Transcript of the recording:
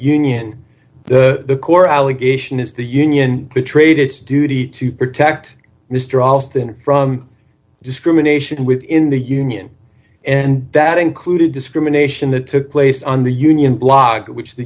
union the core allegation is the union betrayed its duty to protect mr alston from discrimination within the union and that included discrimination that took place on the union block which the